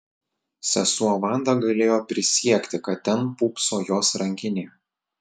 sesuo vanda galėjo prisiekti kad ten pūpso jos rankinė